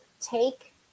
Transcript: take